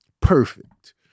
Perfect